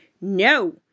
No